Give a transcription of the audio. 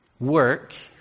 Work